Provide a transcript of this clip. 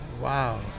Wow